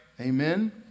Amen